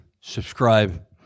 subscribe